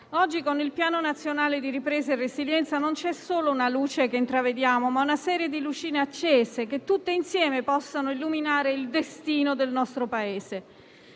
Oggi, con il Piano nazionale di ripresa e resilienza, non c'è solo una luce che intravediamo, ma una serie di lucine accese, che tutte insieme possono illuminare il destino del nostro Paese.